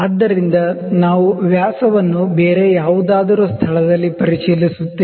ಆದ್ದರಿಂದ ನಾವು ವ್ಯಾಸವನ್ನು ಬೇರೆ ಯಾವುದಾದರೂ ಸ್ಥಳದಲ್ಲಿ ಪರಿಶೀಲಿಸುತ್ತೇವೆ